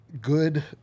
good